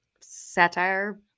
satire